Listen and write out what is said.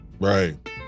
Right